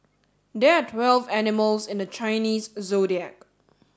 there are twelve animals in the Chinese Zodiac